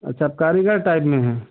अच्छा आप कारीगर टाइप में हैं